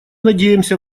надеемся